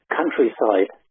countryside